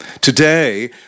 Today